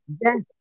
Yes